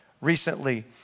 recently